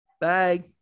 bye